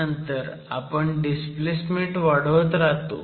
त्यानंतर आपण डिस्प्लेसमेन्ट वाढवत राहतो